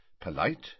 Polite